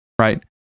right